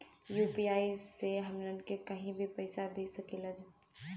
UPI से हमहन के कहीं भी पैसा भेज सकीला जा?